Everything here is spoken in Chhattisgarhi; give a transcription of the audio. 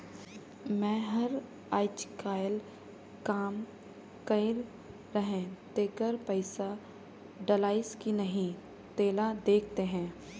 मै हर अईचकायल काम कइर रहें तेकर पइसा डलाईस कि नहीं तेला देख देहे?